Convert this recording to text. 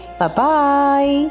bye-bye